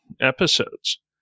episodes